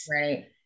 Right